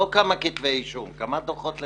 לא כמה כתבי אישום, כמה דוחות לתביעה.